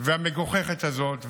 והמגוחכת הזאת.